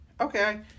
okay